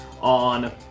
on